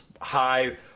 high